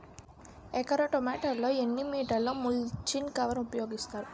ఎకర టొమాటో లో ఎన్ని మీటర్ లో ముచ్లిన్ కవర్ ఉపయోగిస్తారు?